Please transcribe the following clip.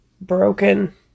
broken